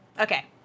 Okay